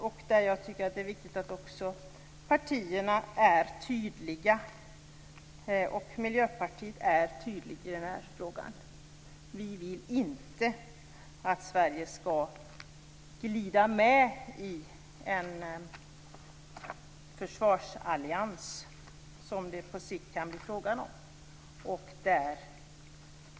Det är också viktigt att partierna är tydliga, och Miljöpartiet är tydligt i den här frågan. Vi vill inte att Sverige skall glida med i en försvarsallians, som det på sikt kan bli fråga om.